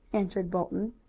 answered bolton.